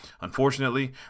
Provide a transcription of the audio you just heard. Unfortunately